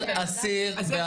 כל אסיר ואסיר.